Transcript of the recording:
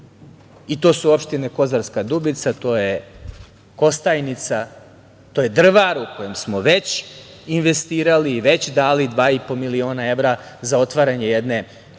To su opštine Kozarska Dubica, to je Kostajnica, to je Drvar, u koji smo već investirali i već dali 2,5 miliona evra za otvaranje jedne fabrike